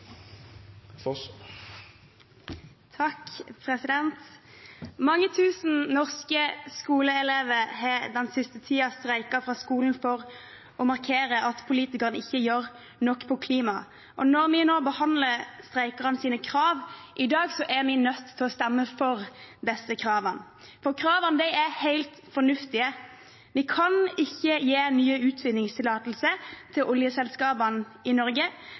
Mange tusen norske skoleelever har den siste tiden streiket fra skolen for å markere at politikerne ikke gjør nok på klima. Når vi nå behandler streikerne sine krav i dag, er vi nødt til å stemme for disse kravene, for kravene er helt fornuftige. Vi kan ikke gi nye utvinningstillatelser til oljeselskapene i Norge.